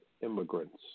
immigrants